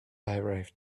arrived